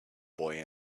boy